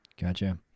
Gotcha